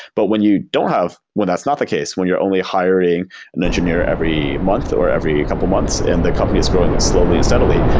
but when you don't have when that's not the case, when you're only hiring an engineer every month, or every couple months and the company is growing slowly and steadily,